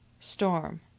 Storm